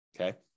Okay